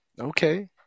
Okay